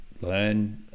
learn